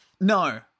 No